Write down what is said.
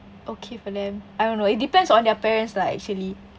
okay for them I don't know it depends on their parents lah actually